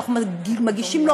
אנחנו מגישים לו,